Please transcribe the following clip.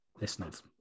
listeners